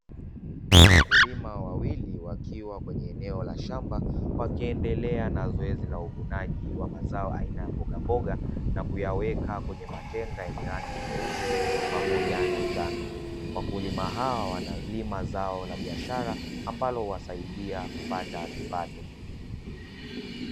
Wakulima wawili wakiwa kwenye eneo la shamba, wakiendelea na zoezi la uvunaji wa mazao aina ya mbogamboga, na kuyaweka kwenye matenga yenye rangi nyeusi pamoja na njano. Wakulima hawa wanalima zao la biashara, ambalo huwasaidia kupata kipato.